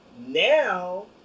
Now